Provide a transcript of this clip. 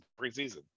preseason